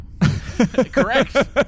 Correct